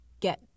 get